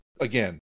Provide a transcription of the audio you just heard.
again